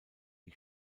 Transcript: die